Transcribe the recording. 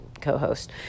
co-host